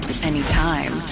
anytime